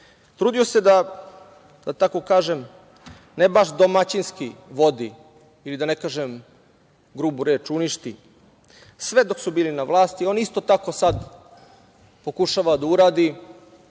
trudio da ne baš domaćinski vodi, ili da ne kažem grubu reč - uništi sve dok su bili na vlasti, on isto tako sad pokušava da uradi